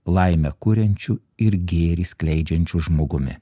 laimę kuriančiu ir gėrį skleidžiančiu žmogumi